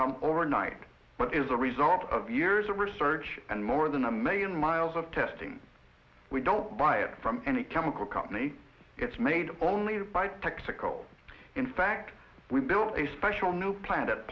come overnight but is a result of years of research and more than a million miles of testing we don't buy it from any chemical company it's made only by texaco in fact we built a special new plan